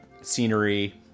scenery